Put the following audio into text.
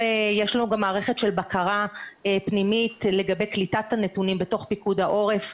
יש לנו גם מערכת בקרה פנימית לגבי קליטת הנתונים בתוך פיקוד העורף,